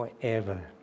forever